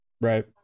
Right